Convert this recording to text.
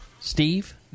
Steve